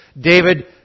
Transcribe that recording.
David